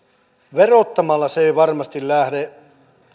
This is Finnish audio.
verottamalla se ei varmasti lähde